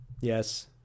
Yes